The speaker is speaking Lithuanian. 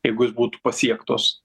jeigu jos būtų pasiektos